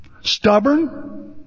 stubborn